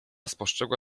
spostrzegła